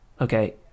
okay